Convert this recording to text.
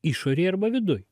išorėj arba viduj